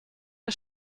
der